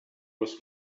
was